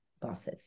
bosses